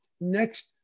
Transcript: next